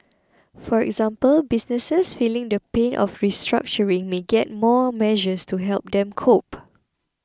for example businesses feeling the pain of restructuring may get more measures to help them cope